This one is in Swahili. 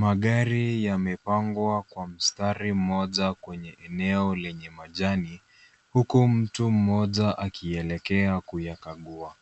Magari yamepangwa kwa mstari moja kwenye eneo lenye majani huku mtu mmoja akielekea kunyakagua